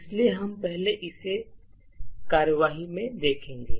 इसलिए हम पहले इसे कार्यवाही में देखेंगे